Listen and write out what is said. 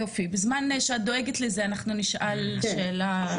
אנחנו יודעים על התפיסות שנתפסות על ידי המכס,